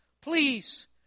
Please